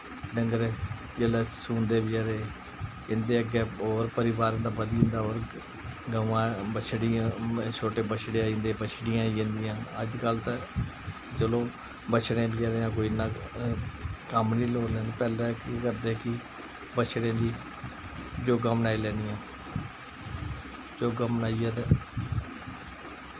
डंगर जिसलै सूंदे बचैरे इं'दे अग्गें होर अग्गें परिवार इ'यां बधी जंदा होर गवां बछड़ियां छोटे बछड़े आई जंदे बछड़ियां आई जंदियां अज्जकल ते चलो बछड़ें बचैरे दा कोई इन्ना कम्म निं लोग लैंदे पैह्लें केह् करदे हे कि बछड़ें दी जोगां बनाई लैनियां योगां बनाइयै ते